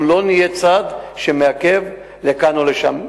אנחנו לא נהיה צד שמעכב לכאן או לשם.